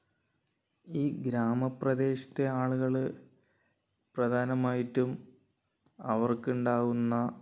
ഈ ഗ്രാമ പ്രദേശത്തെ ആളുകള് പ്രധാനമായിട്ടും അവർക്കുണ്ടാവുന്ന